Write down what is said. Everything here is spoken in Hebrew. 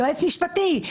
יועץ משפטי,